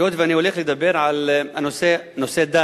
היות שאני הולך לדבר על נושא דת,